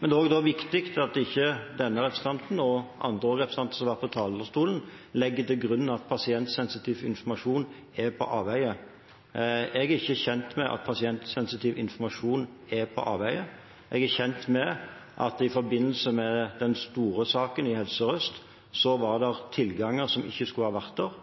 Men det er også viktig at ikke denne representanten, og andre representanter som har vært på talerstolen, legger til grunn at pasientsensitiv informasjon er på avveier. Jeg er ikke kjent med at pasientsensitiv informasjon er på avveier, men jeg er kjent med at i forbindelse med den store saken i Helse Sør-Øst, var det tilganger som ikke skulle ha vært der,